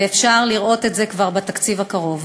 ואפשר לראות את זה כבר בתקציב הקרוב.